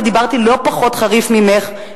ודיברתי לא פחות חריף ממך,